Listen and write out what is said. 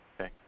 Okay